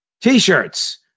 T-shirts